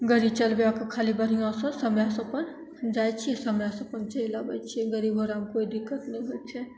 गाड़ी चलबैके खाली बढ़िआँसे समयसे अपन जाइ छिए समयसे अपन चलि आबै छिए गाड़ी घोड़ामे कोइ दिक्कत नहि होइ छै